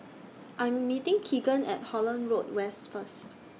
I'm meeting Keagan At Holland Road West First